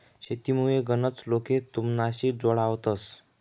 शेतीमुये गनच लोके तुमनाशी जोडावतंस